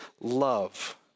love